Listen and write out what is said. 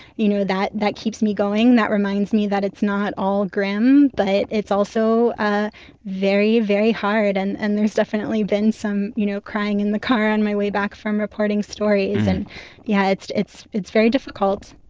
you know, that that keeps me going, that reminds me that it's not all grim. but it's also ah very, very hard, and and there's definitely been some, you know, crying in the car on my way back from reporting stories. and yeah, it's it's very difficult